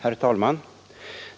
Herr talman!